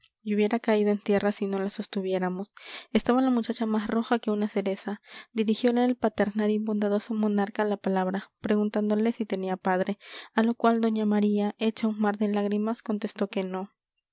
y hubiera caído en tierra si no la sostuviéramos estaba la muchacha más roja que una cereza dirigiole el paternal y bondadoso monarca la palabra preguntándole si tenía padre a lo cual doña maría hecha un mar de lágrimas contestó que no